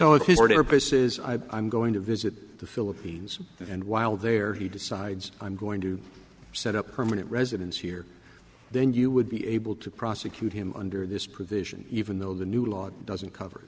is i i'm going to visit the philippines and while there he decides i'm going to set up permanent residence here then you would be able to prosecute him under this provision even though the new law doesn't cover